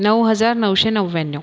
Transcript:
नऊ हजार नऊशे नव्व्याण्णव